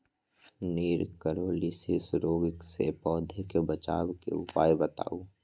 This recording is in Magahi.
निककरोलीसिस रोग से पौधा के बचाव के उपाय बताऊ?